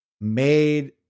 made